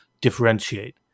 differentiate